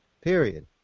Period